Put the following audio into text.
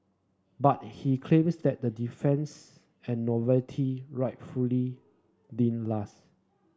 but he claims that the deference and novelty rightfully didn't last